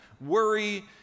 worry